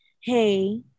hey